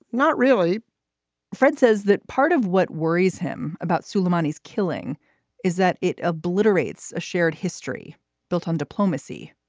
not really fred says that part of what worries him about suleimani's killing is that it obliterates a shared history built on diplomacy.